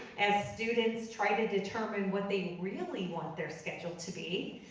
as students try to determine what they really want their schedule to be.